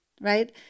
right